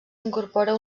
incorpora